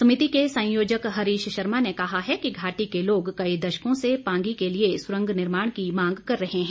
समिति के संयोजक हरीश शर्मा ने कहा है कि घाटी के लोग कई दशकों से पांगी के लिए सुरंग निर्माण की मांग कर रहे हैं